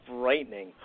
frightening